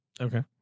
Okay